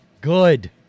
good